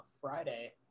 Friday